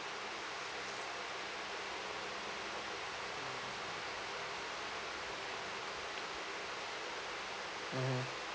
mmhmm